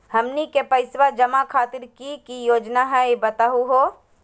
हमनी के पैसवा जमा खातीर की की योजना हई बतहु हो?